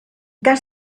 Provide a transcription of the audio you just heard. cas